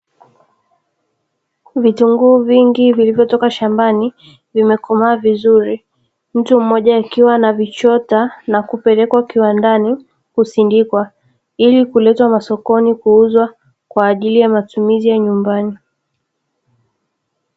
Vitunguu vingi vilivyo toka shambani vimekomaa vizuri, mtu mmoja akiwa anavichota na kupelekwa kiwandani kusindikwa, ili kuletwa masokoni kuuzwa kwa ajili ya matumizi ya nyumbani.